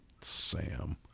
Sam